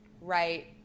Right